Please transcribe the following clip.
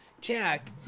jack